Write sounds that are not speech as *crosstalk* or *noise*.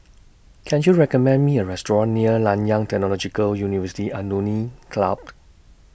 Can YOU recommend Me A Restaurant near Nanyang Technological University Alumni Club *unintelligible*